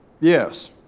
yes